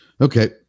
Okay